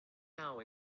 now